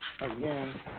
again